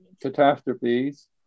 catastrophes